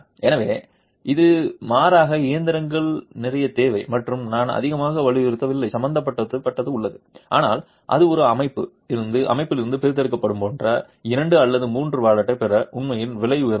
எனவே அது மாறாக இயந்திரங்கள் நிறைய தேவை மற்றும் நான் அதிகமாக வலியுறுத்தி இல்லை சம்பந்தப்பட்ட உள்ளது ஆனால் அது ஒரு அமைப்பு இருந்து பிரித்தெடுக்கப்படும் போன்ற இரண்டு அல்லது மூன்று வாலெட்டை பெற உண்மையில் விலை உயர்ந்தது